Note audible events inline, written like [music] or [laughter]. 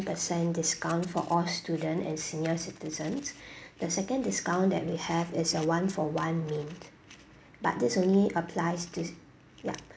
percent discount for all student and senior citizens [breath] the second discount that we have is a one-for-one main but this only applies this ya